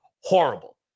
horrible